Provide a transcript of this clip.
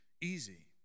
easy